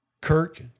Kirk